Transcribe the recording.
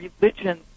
religion